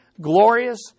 glorious